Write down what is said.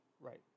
Right